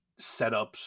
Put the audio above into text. setups